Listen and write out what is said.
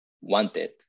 wanted